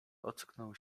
ocknął